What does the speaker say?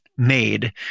made